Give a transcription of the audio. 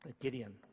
Gideon